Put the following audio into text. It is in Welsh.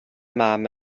mam